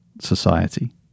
society